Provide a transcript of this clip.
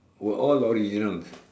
were all original